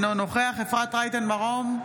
אינו נוכח אפרת רייטן מרום,